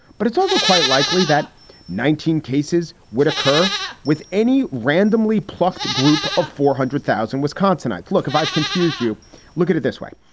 but it's also quite likely that nineteen cases would occur with any randomly plucked group of four hundred thousand wisconsinites. look, if i've confused you look at it this way.